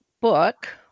book